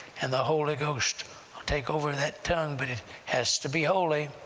and the holy ghost will take over that tongue. but it has to be holy,